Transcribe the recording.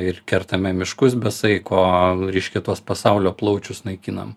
ir kertame miškus be saiko ryškia tuos pasaulio plaučius naikinam